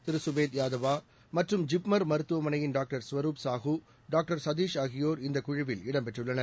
திரு சுபேத் யாதவா மற்றும் ஜிப்மர் மருத்துவமனையின் doctor Swaroop Sahu doctor Satish ஆகியோர் இந்தக் குழுவில் இடம்பெற்றுள்ளனர்